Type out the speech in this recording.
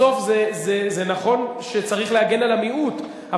בסוף נכון שצריך להגן על המיעוט,